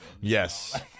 yes